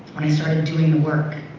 when i started doing the work,